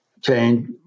change